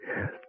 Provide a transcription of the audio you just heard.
Yes